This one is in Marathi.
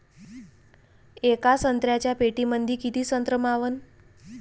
येका संत्र्याच्या पेटीमंदी किती संत्र मावन?